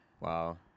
Wow